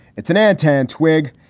it's an ad ten twigg,